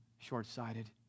short-sighted